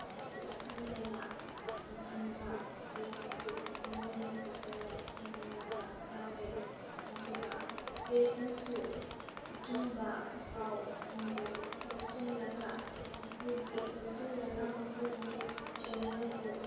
ꯑꯀꯤ ꯑꯈꯪ ꯀꯌꯥ ꯅꯪꯍꯟꯕ ꯄ꯭ꯔꯦꯁꯄꯨ ꯈꯣꯡꯒꯣꯏꯅꯕ ꯀꯌꯥ ꯊꯦꯡꯅꯔꯕ ꯌꯥꯎꯔꯦ ꯑꯗꯨꯒ ꯄ꯭ꯔꯦꯁꯅꯁꯨ ꯑꯆꯨꯝꯕ ꯄꯥꯎꯁꯤꯡꯕꯨ ꯂꯣꯠꯁꯤꯜꯂꯒ ꯃꯒꯣꯏꯒꯤ ꯂꯣꯠꯁꯤꯜꯂꯒ ꯃꯈꯣꯏꯒꯤ ꯆꯦꯅꯦꯜꯕꯨ